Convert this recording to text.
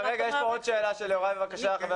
יש פה עוד שאלה של יוראי, בבקשה.